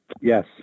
Yes